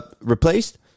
replaced